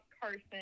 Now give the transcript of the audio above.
Carson